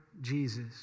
Jesus